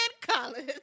College